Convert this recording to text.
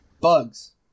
Bugs